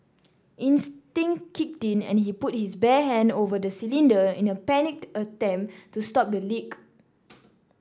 instinct kicked in and he put his bare hand over the cylinder in a panicked attempt to stop the leak